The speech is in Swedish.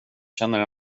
känner